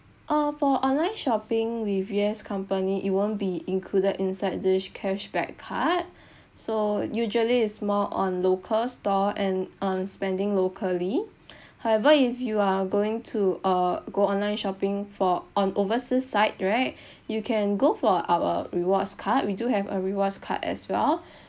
orh for online shopping with U_S company it won't be included inside this cashback card so usually is more on local store and um spending locally however if you are going to uh go online shopping for on overseas site right you can go for our rewards card we do have a rewards card as well